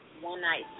one-night